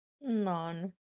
None